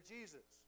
Jesus